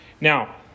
Now